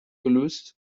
gelöst